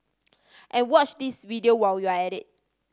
and watch this video while you're at it